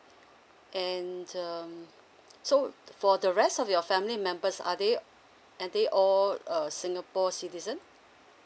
and um so for the rest of your family members are they are they all uh singapore citizen